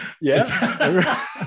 Yes